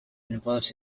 involves